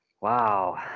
Wow